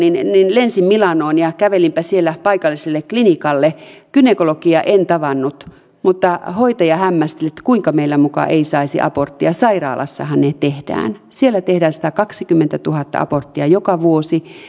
lensin milanoon ja kävelinpä siellä paikalliselle klinikalle gynekologia en tavannut mutta hoitaja hämmästeli kuinka meillä muka ei saisi aborttia sairaalassahan ne tehdään siellä tehdään satakaksikymmentätuhatta aborttia joka vuosi